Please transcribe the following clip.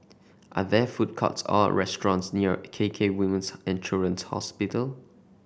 are there food courts or restaurants near K K Women's And Children's Hospital